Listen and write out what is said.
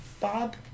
Bob